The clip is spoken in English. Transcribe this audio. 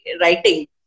writing